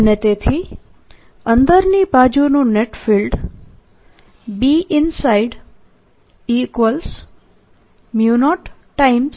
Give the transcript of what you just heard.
અને તેથી અંદરની બાજુનું નેટ ફિલ્ડ Binside0HM હશે